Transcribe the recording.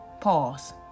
Pause